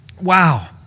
Wow